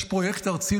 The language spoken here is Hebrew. יש פרויקט ארצי,